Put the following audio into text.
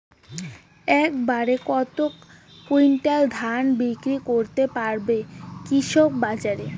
এক বাড়ে কত কুইন্টাল ধান বিক্রি করতে পারবো কৃষক বাজারে?